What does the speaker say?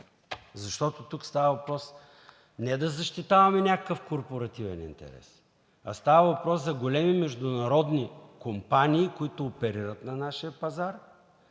Тук става въпрос не да защитаваме някакъв корпоративен интерес, а става въпрос за големи международни компании, които оперират на нашия пазар,